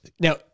Now